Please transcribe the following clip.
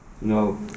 No